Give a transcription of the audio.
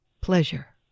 pleasure